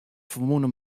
ferwûne